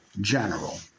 general